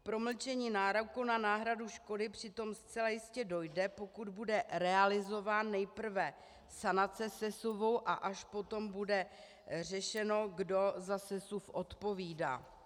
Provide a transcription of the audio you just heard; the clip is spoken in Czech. K promlčení nároku na náhradu škody přitom zcela jistě dojde, pokud bude realizována nejprve sanace sesuvu a až potom bude řešeno, kdo za sesuv odpovídá.